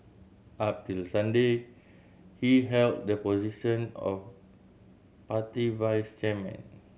up till Sunday he held the position of party vice chairman